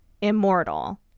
immortal